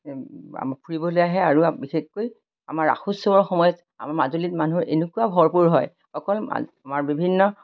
ফুৰিবলৈ আহে আৰু বিশেষকৈ আমাৰ ৰাসোৎসৱৰ সময়ত আমাৰ মাজুলীত মানুহ এনেকুৱা ভৰপূৰ হয় অকল আমাৰ বিভিন্ন